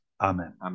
Amen